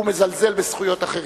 מזלזל בזכויות אחרים.